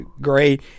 Great